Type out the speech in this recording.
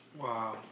Wow